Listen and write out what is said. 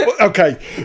Okay